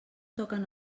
toquen